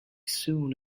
soon